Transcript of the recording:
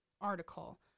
article